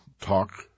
talk